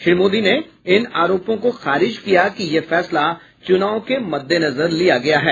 श्री मोदी ने इन आरोपों को खारिज किया कि यह फैसला चुनाव के मद्देनजर लिया गया है